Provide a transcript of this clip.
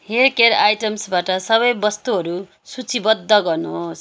hair care आइटम्सबाट सबै वस्तुहरू सूचीबद्ध गर्नुहोस्